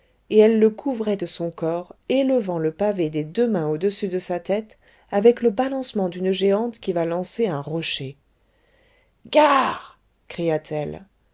et elle le couvrait de son corps élevant le pavé des deux mains au-dessus de sa tête avec le balancement d'une géante qui va lancer un rocher gare cria-t-elle